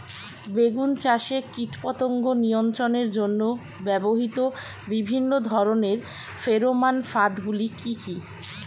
বেগুন চাষে কীটপতঙ্গ নিয়ন্ত্রণের জন্য ব্যবহৃত বিভিন্ন ধরনের ফেরোমান ফাঁদ গুলি কি কি?